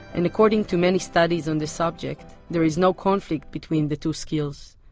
and according to many studies on the subject, there is no conflict between the two skills.